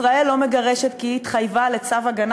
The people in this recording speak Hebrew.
ישראל לא מגרשת כי היא התחייבה לצו הגנה